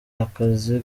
akazi